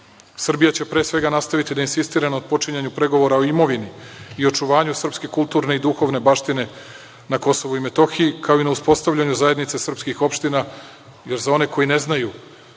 Srbija će, pre svega, nastaviti da insistira na otpočinjanju pregovora kao imovini i očuvanju srpske kulturne i duhovne baštine na Kosovu i Metohiji, kao i na uspostavljanju zajednice srpskih opština jer, za one koji ne znaju,